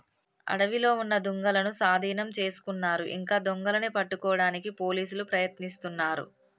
అడవిలో ఉన్న దుంగలనూ సాధీనం చేసుకున్నారు ఇంకా దొంగలని పట్టుకోడానికి పోలీసులు ప్రయత్నిస్తున్నారు